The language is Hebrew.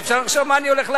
אפשר לחשוב מה אני הולך להגיד.